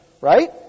right